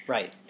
Right